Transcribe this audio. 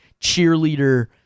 cheerleader